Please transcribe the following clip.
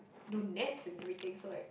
do nets and everything so like